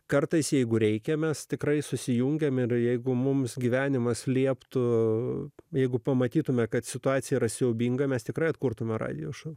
kartais jeigu reikia mes tikrai susijungiame ir jeigu mums gyvenimas lieptų jeigu pamatytumėme kad situacija yra siaubinga mes tikrai atkurtumėme radijo šou